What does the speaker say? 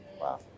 Wow